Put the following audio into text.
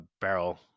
barrel